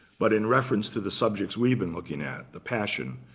but in reference to the subjects we've been looking at, the passion,